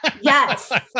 Yes